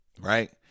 Right